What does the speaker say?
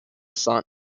sun